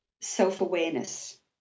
self-awareness